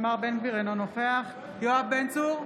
אינו נוכח יואב בן צור,